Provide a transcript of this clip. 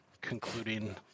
concluding